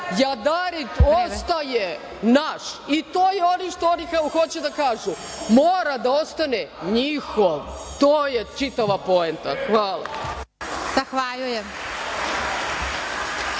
„Jadarit ostaje naš“ i to je ono što oni hoće da kažu. Mora da ostane njihov, to je čitava poenta. Hvala.